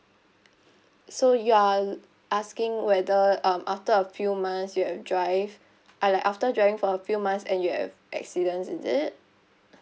so you are asking whether um after a few months you have drive I like after driving for a few months and you have accidents is it